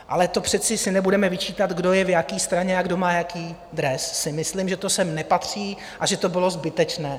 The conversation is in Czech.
Ale to přece si nebudeme vyčítat, kdo je v jaké straně a kdo má jaký dres, to si myslím, že sem nepatří a že to bylo zbytečné.